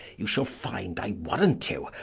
you shall finde, i warrant you,